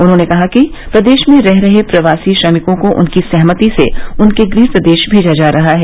उन्होंने कहा कि प्रदेश में रह रहे प्रवासी श्रमिकों को उनकी सहमति से उनके गृह प्रदेश भेजा जा रहा है